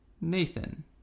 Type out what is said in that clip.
Nathan